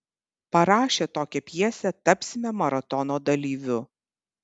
parašę tokią pjesę tapsime maratono dalyviu